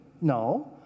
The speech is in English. No